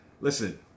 Listen